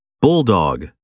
Bulldog